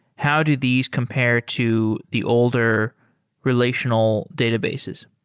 how did these compare to the older relational databases?